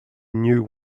knew